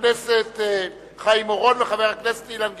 חבר הכנסת חיים אורון וחבר הכנסת אילן גילאון,